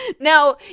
Now